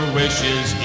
wishes